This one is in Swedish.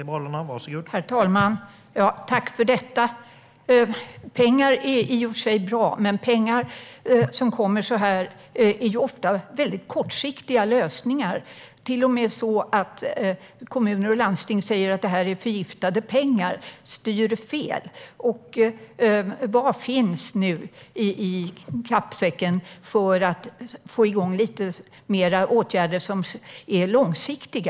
Herr talman! Tack, statsrådet, för detta! Pengar är i och för sig bra, men pengar som kommer på det här sättet innebär ofta väldigt kortsiktiga lösningar. Kommuner och landsting säger till och med att det är förgiftade pengar. Det styr fel. Vad finns nu i kappsäcken när det gäller att få igång åtgärder som är långsiktiga?